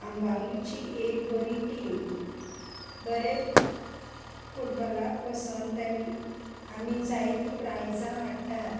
आंबावलीची एक बरी टीम बरें फुटबॉलाक वचोन तेमी आमी जायतीं प्रायजां हाडटात